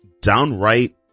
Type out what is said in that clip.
downright